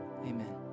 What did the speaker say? Amen